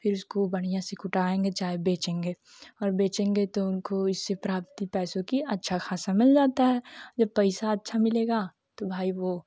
फ़िर उसको बढियाँ से कुटाएँगे चाहे बेचेंगे और बेचेंगे तो उनको उससे प्राप्ति पैसों की अच्छा खासा मिल जाता है जब पैसा अच्छा मिलेगा तो भाई वह